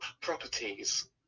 properties